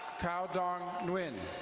cao don wen.